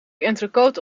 entrecote